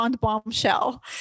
bombshell